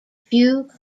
few